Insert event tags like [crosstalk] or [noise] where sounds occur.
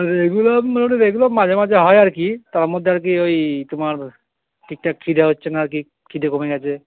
[unintelligible] এগুলো [unintelligible] এগুলো মাঝে মাঝে হয় আর কি তার মধ্যে আর কি ওই তোমার ঠিকঠাক খিদে হচ্ছে না আর কি খিদে কমে গেছে